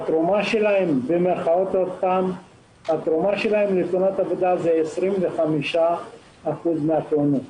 ה"תרומה" שלהם בתאונות עבודה היא 25% מן התאונות